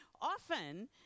often